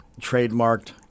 trademarked